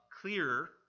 clearer